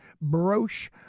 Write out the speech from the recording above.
broche